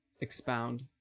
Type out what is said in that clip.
expound